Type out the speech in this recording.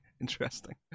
interesting